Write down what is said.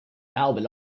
albert